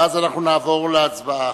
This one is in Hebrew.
ואז אנחנו נעבור להצבעה.